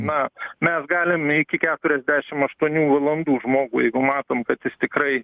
na mes galim iki keturiasdešim aštuonių valandų žmogų jeigu matom kad jis tikrai